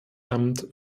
amt